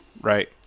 right